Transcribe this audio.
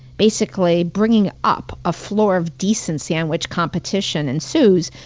basically bringing up a floor of decency on which competition ensues,